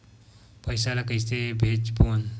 पईसा ला कइसे भेजबोन?